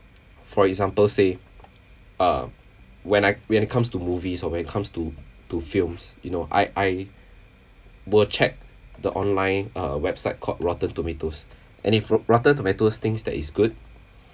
for example say uh when I when it comes to movies or when it comes to to films you know I I will check the online uh website called rotten tomatoes and if ro~ rotten tomatoes thinks that it's good